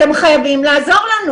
אתם חייבים לעזור לנו.